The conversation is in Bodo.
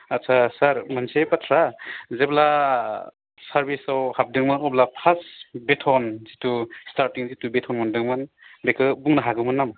आच्चा सार मोनसे बाथ्रा जेब्ला सार्भिसाव हाबदोंमोन अब्ला फार्स्ट बेथन जितु स्टार्टिं जितु बेथन मोन्दोंमोन बेखौ बुंनो हागौमोन नामा